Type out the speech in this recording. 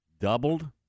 Doubled